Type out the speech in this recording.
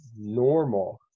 normal